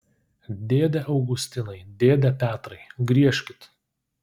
dėde augustinai dėde petrai griežkit